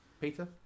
Peter